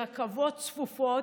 ברכבות צפופות.